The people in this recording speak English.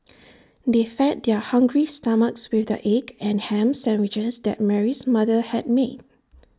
they fed their hungry stomachs with the egg and Ham Sandwiches that Mary's mother had made